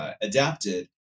adapted